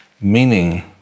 meaning